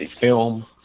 film